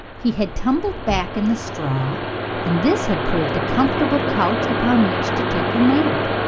he had tumbled back in the straw and this had proved a comfortable couch upon which to take a nap.